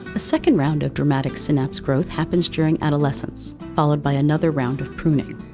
a second round of dramatic synapse growth happens during adolescence, followed by another round of pruning.